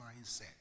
mindset